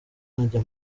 nkajya